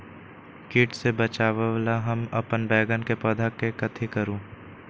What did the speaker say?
किट से बचावला हम अपन बैंगन के पौधा के कथी करू?